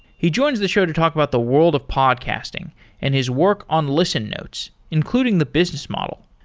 he joins the show to talk about the world of podcasting and his work on listen notes, including the business model.